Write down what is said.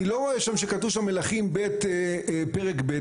אני לא רואה שכתוב שם מלכים ב' פרק ב',